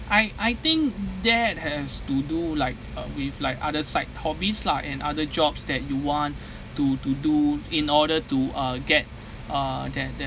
I I think that has to do like uh with like other side hobbies lah and other jobs that you want to to do in order to uh get uh that that